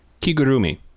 Kigurumi